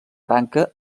branca